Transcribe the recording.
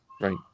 Right